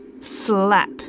slap